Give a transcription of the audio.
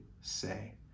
say